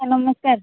sir ନମସ୍କାର